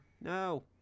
No